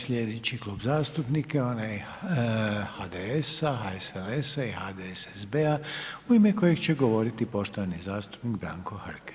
Sljedeći Klub zastupnika je onaj HDS-a HSLS-a i HDSSB-a u ime kojeg će govoriti poštovani zastupnik Branko Hrg.